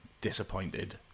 disappointed